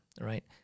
right